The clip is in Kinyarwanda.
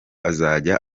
azajya